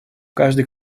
каждый